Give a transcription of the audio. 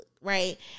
right